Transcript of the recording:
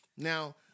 Now